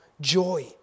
joy